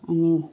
अनि